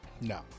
No